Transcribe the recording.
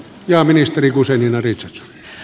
arvoisa herra puhemies